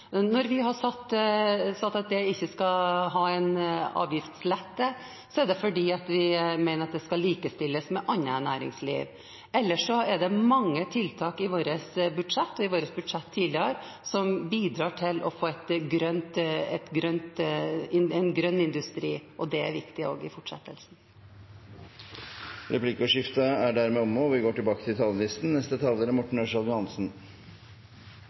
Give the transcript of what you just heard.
når vi har sagt at vi ikke skal ha en avgiftslette, er det fordi vi mener at det skal likestilles med annet næringsliv. Ellers er det mange tiltak i vårt budsjett – og i våre tidligere budsjetter – som bidrar til å få en grønn industri, og det er viktig også i fortsettelsen. Replikkordskiftet er dermed omme. Da står vi her igjen og skal behandle budsjettet for året vi går